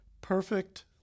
Perfect